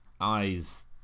eyes